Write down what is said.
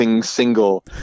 single